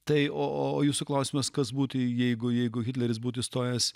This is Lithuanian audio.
tai o o jūsų klausimas kas būtų jeigu jeigu hitleris būtų įstojęs